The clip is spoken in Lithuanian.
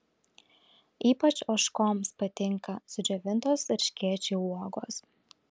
ypač ožkoms patinka sudžiovintos erškėčių uogos